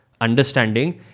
understanding